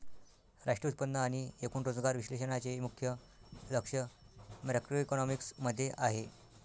राष्ट्रीय उत्पन्न आणि एकूण रोजगार विश्लेषणाचे मुख्य लक्ष मॅक्रोइकॉनॉमिक्स मध्ये आहे